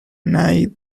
night